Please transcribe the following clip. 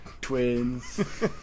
twins